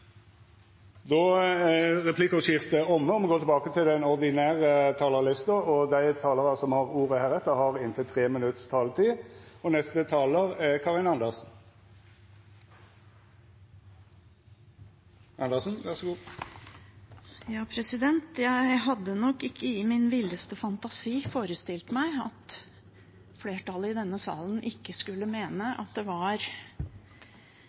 er dermed omme. Dei talarane som heretter får ordet, har ei taletid på inntil 3 minutt. Jeg hadde nok ikke i min villeste fantasi forestilt meg at flertallet i denne salen ikke skulle mene at det var